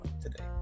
today